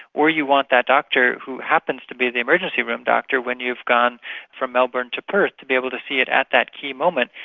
or you want that doctor who happens to be the emergency room doctor when you've gone from melbourne to perth to be able to see it at that key moment.